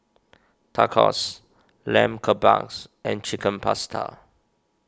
Tacos Lamb Kebabs and Chicken Pasta